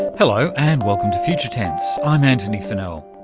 ah hello and welcome to future tense, i'm antony funnell.